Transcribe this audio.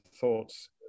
thoughts